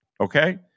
okay